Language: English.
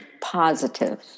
positive